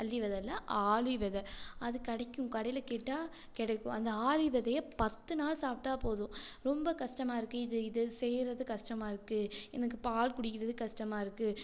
அல்லி வித இல்லை ஆளி வித அது கிடைக்கும் கடையில் கேட்டால் கிடைக்கும் அந்த ஆளி விதைய பத்து நாள் சாப்பிட்டா போதும் ரொம்ப கஸ்டமாக இருக்குது இது இது செய்யுறது கஸ்டமாக இருக்குது எனக்கு பால் குடிக்கிறது கஸ்டமாக இருக்குது